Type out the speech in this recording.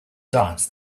dance